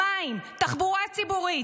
מים ותחבורה ציבורית,